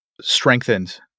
strengthened